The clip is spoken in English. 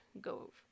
go